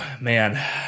man